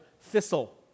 thistle